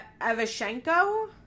Evashenko